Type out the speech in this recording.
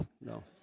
No